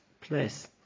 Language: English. place